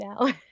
now